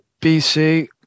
BC